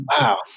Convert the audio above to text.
wow